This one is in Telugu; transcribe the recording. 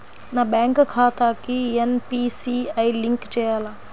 నా బ్యాంక్ ఖాతాకి ఎన్.పీ.సి.ఐ లింక్ చేయాలా?